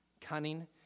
cunning